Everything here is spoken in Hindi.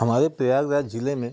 हमारे प्रयागराज ज़िले में